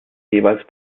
jeweils